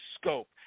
scope